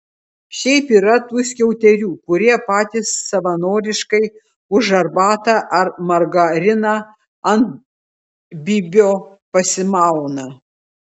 šiaip yra tų skiauterių kurie patys savanoriškai už arbatą ar margariną ant bybio pasimauna